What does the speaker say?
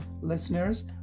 listeners